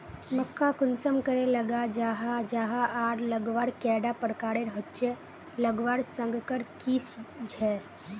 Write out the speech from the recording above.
मक्का कुंसम करे लगा जाहा जाहा आर लगवार कैडा प्रकारेर होचे लगवार संगकर की झे?